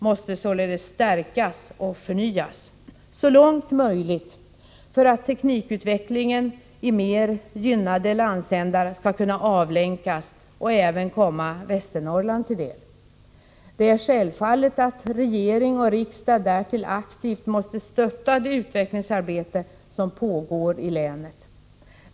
måste således stärkas och förnyas så långt möjligt för att teknikutvecklingen i mer gynnade landsdelar skall kunna avlänkas och även komma Västernorrland till del. Det är självklart att regering och riksdag därtill aktivt måste stötta det utvecklingsarbete som pågår i länet.